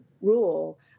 rule